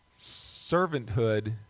servanthood